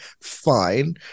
Fine